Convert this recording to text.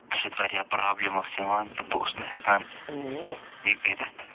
اَسہِ ٲس وارِیاہ پرٛابلِم ٲس یِوان تہٕ اوسُس نہٕ ہٮ۪کان یہِ کٔرِتھ